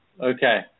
Okay